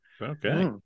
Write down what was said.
okay